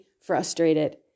frustrated